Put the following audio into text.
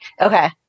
okay